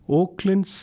Oakland